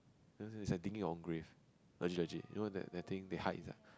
it's like digging your own grave legit legit you know that that thing they hide inside